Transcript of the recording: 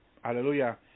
hallelujah